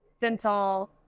dental